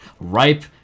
Ripe